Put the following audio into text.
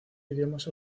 idiomas